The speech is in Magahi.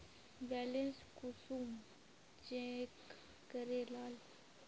बैलेंस कुंसम चेक करे लाल?